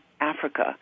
Africa